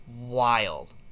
wild